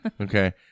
Okay